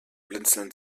blinzeln